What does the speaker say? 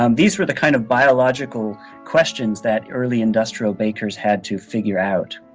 um these were the kinds of biological questions that early industrial bakers had to figure out